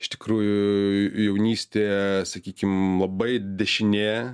iš tikrųjų jaunystėje sakykim labai dešinė